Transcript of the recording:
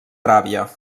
aràbia